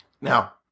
Now